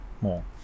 more